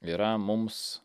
yra mums